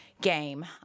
game